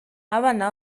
abana